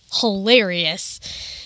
hilarious